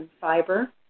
fiber